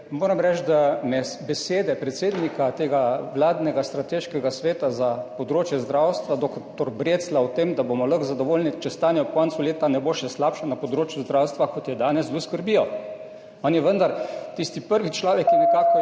Moram reči, da me besede predsednika tega vladnega strateškega sveta za področje zdravstva dr. Breclja o tem, da bomo lahko zadovoljni, če stanje ob koncu leta ne bo še slabše na področju zdravstva, kot je danes, zelo skrbijo. On je vendar tisti prvi človek, ki nekako